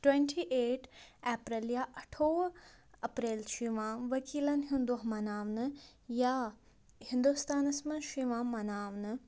twenty eight April یا اَٹھووُہ April چھُ یِوان ؤکیٖلَن ہُنٛد دۄہ مناونہٕ یا ہِنٛدُستانَس منٛز چھُ یِوان مناونہٕ